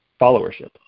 followership